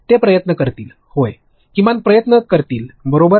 ते प्रयत्न करतील होय किमान प्रयत्न करतील बरोबर